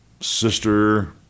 sister